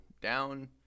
down